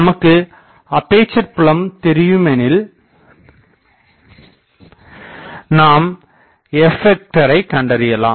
நமக்கு இங்கு அப்பேசர் புலம் தெரியுமேனில் நாம் f ஐ கண்டறியலாம்